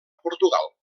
portugal